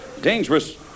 dangerous